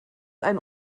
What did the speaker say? ein